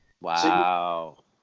Wow